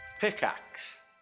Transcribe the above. Pickaxe